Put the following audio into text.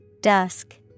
Dusk